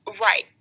Right